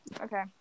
Okay